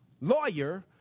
lawyer